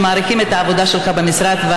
שמעריכים את העבודה שלך במשרד,